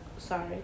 Sorry